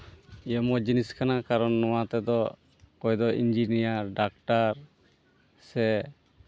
ᱡᱮ ᱢᱚᱡᱽ ᱡᱤᱱᱤᱥ ᱠᱟᱱᱟ ᱠᱟᱨᱚᱱ ᱱᱚᱣᱟ ᱛᱮᱫᱚ ᱚᱠᱚᱭ ᱫᱚ ᱤᱧᱡᱤᱱᱤᱭᱟᱨ ᱰᱟᱠᱛᱟᱨ ᱥᱮ